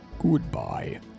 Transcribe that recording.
Goodbye